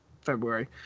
February